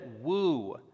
woo